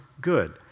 good